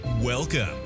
welcome